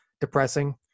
depressing